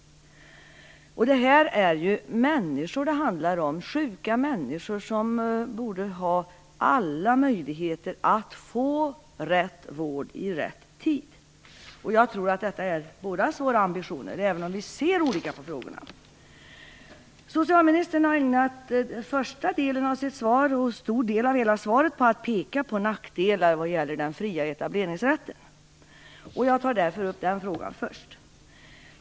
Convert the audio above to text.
Här handlar det ju om människor, sjuka människor som borde ha alla möjligheter att få rätt vård i rätt tid. Jag tror att detta är bådas våra ambitioner, även om vi har olika syn på frågorna. Socialministern har ägnat första delen av sitt svar och en stor del av hela svaret åt att peka på nackdelar vad gäller den fria etableringsrätten. Jag tar därför upp denna fråga först.